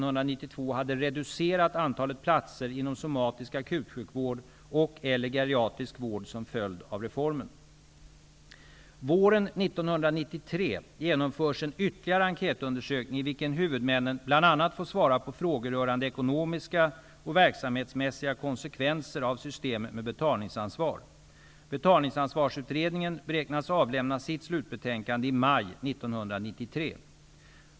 hade reducerat antalet platser inom somatisk akutsjukvård och/eller geriatrisk vård som en följd av reformen. Våren 1993 genomförs ytterligare en enkätundersökning, i vilken huvudmännen bl.a. får svara på frågor rörande ekonomiska och verksamhetsmässiga konsekvenser av systemet med betalningsansvar. Betalningsansvarsutredningen beräknas avlämna sitt slutbetänkande i maj 1993.